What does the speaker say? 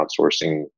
outsourcing